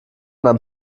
nahm